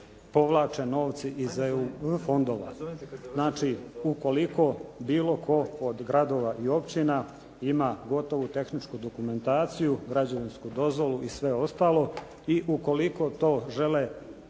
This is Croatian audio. povlače novci iz EU fondova. Znači ukoliko bilo tko od gradova i općina ima gotovu tehničku dokumentaciju, građevinsku dozvolu i sve ostalo i ukoliko to žele